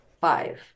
Five